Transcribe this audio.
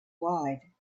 wide